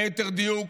ליתר דיוק,